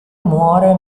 muore